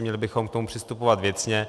Měli bychom k tomu přistupovat věcně.